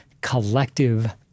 collective